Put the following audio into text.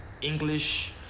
English